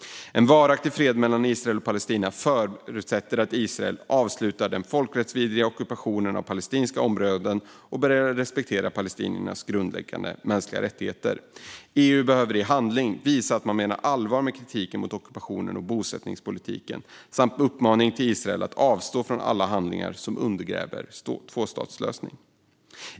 En varaktig fred mellan Israel och Palestina förutsätter att Israel avslutar den folkrättsvidriga ockupationen av palestinska områden och börjar respektera palestiniernas grundläggande mänskliga rättigheter. EU behöver i handling visa att man menar allvar med kritiken mot ockupationen och bosättningspolitiken samt uppmaningarna till Israel att avstå från alla handlingar som undergräver tvåstatslösningen.